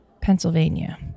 Pennsylvania